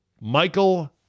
Michael